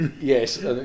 Yes